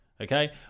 okay